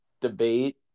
debate